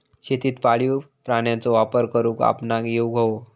शेतीत पाळीव प्राण्यांचो वापर करुक आपणाक येउक हवो